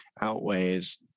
outweighs